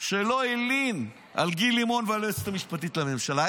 שלא הלין על גיל לימון ועל היועצת המשפטית לממשלה,